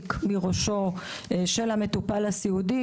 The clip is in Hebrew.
המעסיק מראשו של המטופל הסיעודי.